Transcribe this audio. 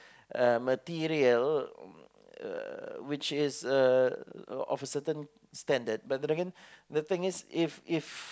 uh material uh which is uh of a certain standard but then again the thing is if if